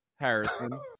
Harrison